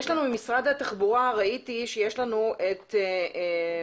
ממשרד התחברה ראיתי שיש לנו שניים.